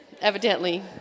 evidently